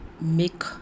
make